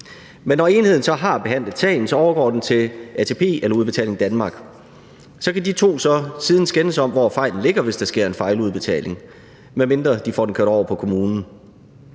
Men når enheden så har behandlet sagen, overgår den til ATP eller Udbetaling Danmark. Så kan de to så siden skændes om, hvor fejlen ligger, hvis der sker en fejludbetaling, medmindre de får den kørt over på kommunen.